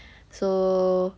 so